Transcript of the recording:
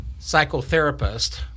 psychotherapist